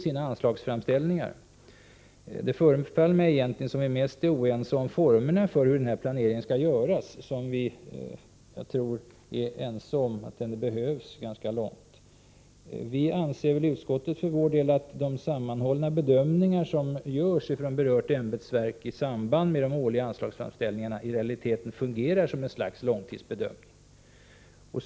Det förefaller mig som om vi egentligen var mest oense om hur den här planeringen skall göras — jag tror att vi ganska långt är ense om att den behövs. Utskottsmajoriteten anser att de sammanhållna bedömningar som görs från berört ämbetsverk i samband med de årliga anslagsframställningarna i realiteten fungerar som ett slags långtidsbedömningar.